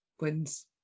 wins